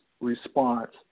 response